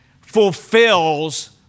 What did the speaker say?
fulfills